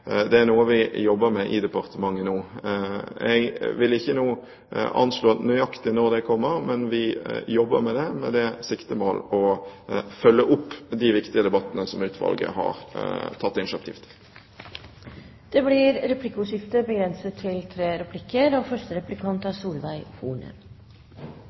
Det er noe vi jobber med i departementet nå. Jeg vil ikke anslå nøyaktig når det kommer, men vi jobber med det siktemål å følge opp de viktige debattene som utvalget har tatt initiativ til. Det blir replikkordskifte.